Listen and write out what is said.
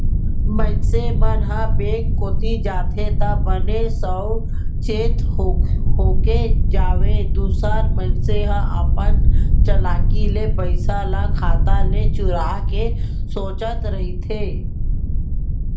मनसे मन ह बेंक कोती जाथे त बने साउ चेत होके जावय दूसर मनसे हर अपन चलाकी ले पइसा ल खाता ले चुराय के सोचत रहिथे